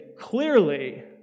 clearly